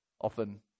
Often